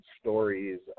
stories